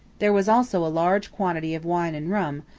there was also a large quantity of wine and rum,